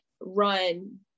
run